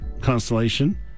constellation